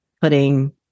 putting